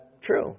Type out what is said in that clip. true